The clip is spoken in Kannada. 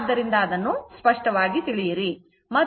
ಆದ್ದರಿಂದ ಅದನ್ನು ಸ್ಪಷ್ಟವಾಗಿ ತಿಳಿಯಿರಿ